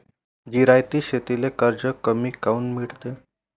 जिरायती शेतीले कर्ज कमी काऊन मिळते?